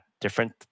different